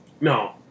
No